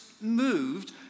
moved